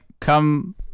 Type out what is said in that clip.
come